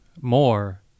more